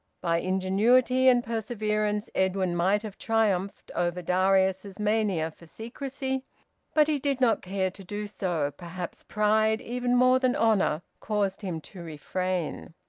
by ingenuity and perseverance edwin might have triumphed over darius's mania for secrecy but he did not care to do so perhaps pride even more than honour caused him to refrain.